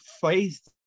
faith